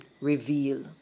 reveal